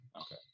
Okay